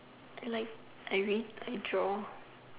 I like I read I draw